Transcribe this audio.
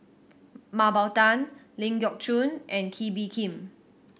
Mah Bow Tan Ling Geok Choon and Kee Bee Khim